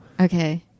Okay